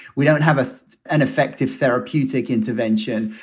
we don't have ah an effective therapeutic intervention.